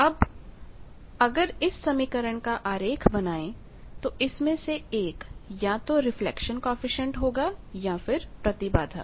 अब हम अगर इस समीकरण काआरेख बनाएं तो इसमें से एक या तो रिफ्लेक्शन कॉएफिशिएंट होगा या फिर प्रतिबाधा